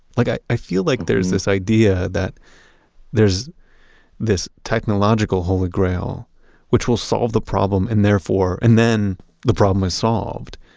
like i i feel like there's this idea that there's this technological holy grail which will solve the problem and therefore, and then the problem is solved.